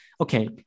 Okay